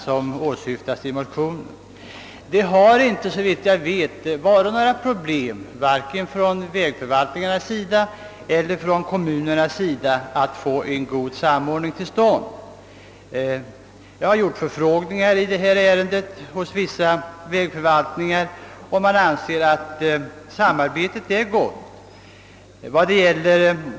Såvitt jag vet har det inte varit några problem för vägförvaltningar eller kommuner att få till stånd en god samordning. Jag har gjort förfrågningar i saken hos vissa vägförvaltningar, och man anser att samarbetet är gott.